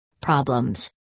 problems